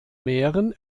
meeren